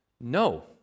No